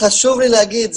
חשוב לי להגיד,